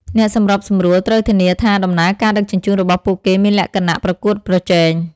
អ្នកសម្របសម្រួលត្រូវធានាថាដំណើរការដឹកជញ្ជូនរបស់ពួកគេមានលក្ខណៈប្រកួតប្រជែង។